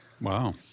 Wow